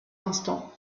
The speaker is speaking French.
instant